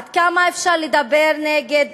עד כמה אפשר לדבר נגד